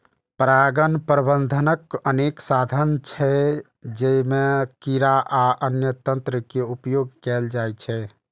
परागण प्रबंधनक अनेक साधन छै, जइमे कीड़ा आ अन्य तंत्र के उपयोग कैल जाइ छै